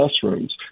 classrooms